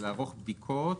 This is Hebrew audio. לערוך בדיקות ומדידות,